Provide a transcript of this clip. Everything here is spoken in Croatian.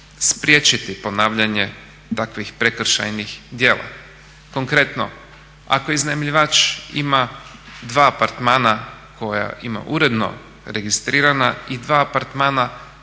spriječiti ponavljanje takvih prekršajnih djela. Konkretno, ako iznajmljivač ima dva apartmana koja ima uredno registrirana i dva apartmana